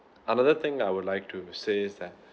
another thing I would like to say is that